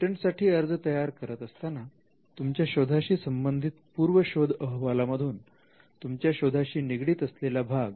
पेटंटसाठी अर्ज तयार करत असताना तुमच्या शोधाशी संबंधित पूर्व शोध अहवालांमधून तुमच्या शोधाशी निगडीत असलेला भाग